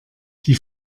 die